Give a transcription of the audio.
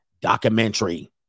documentary